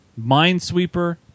Minesweeper